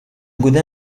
gaudin